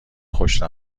خوش